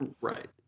right